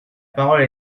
parole